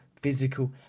Physical